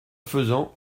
faisant